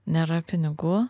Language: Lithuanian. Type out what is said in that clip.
nėra pinigų